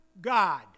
God